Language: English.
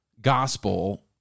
gospel